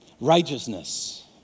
righteousness